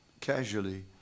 casually